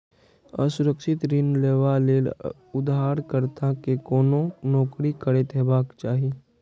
असुरक्षित ऋण लेबा लेल उधारकर्ता कें कोनो नौकरी करैत हेबाक चाही